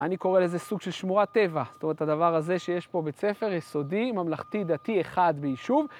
אני קורא לזה סוג של שמורת טבע. זאת אומרת, הדבר הזה שיש פה בית ספר, יסודי, ממלכתי, דתי, אחד ביישוב.